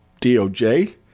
DOJ